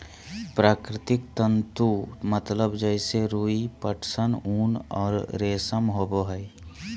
प्राकृतिक तंतु मतलब जैसे रुई, पटसन, ऊन और रेशम होबो हइ